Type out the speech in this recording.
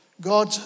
God